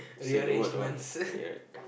say the word or what